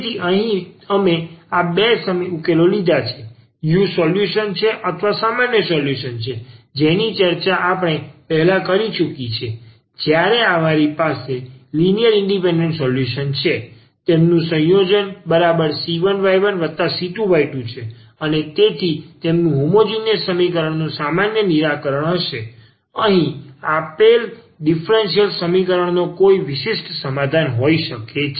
તેથી અહીં અમે આ બે ઉકેલો લીધા છે u સોલ્યુશન છે અથવા સામાન્ય સોલ્યુશન છે જેની ચર્ચા આપણે પહેલા કરી ચુકી છે જ્યારે આપણી પાસે લિનિયર ઇન્ડિપેન્ડન્ટ સોલ્યુશન છે તેમનું સંયોજન બરાબર c1y1c2y2 છે અને તેથી પર તેમનું હોમોજીનીયસ સમીકરણનું સામાન્ય નિરાકરણ હશે અને અહીં આપણે આપેલ ડીફરન્સીયલ સમીકરણનો કોઈ વિશિષ્ટ સમાધાન હોઈ શકે છે